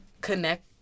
connect